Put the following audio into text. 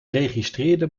registreerde